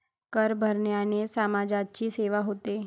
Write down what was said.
कर भरण्याने समाजाची सेवा होते